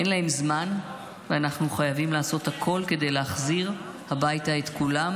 אין להם זמן ואנחנו חייבים לעשות הכול כדי להחזיר הביתה את כולם,